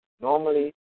Normally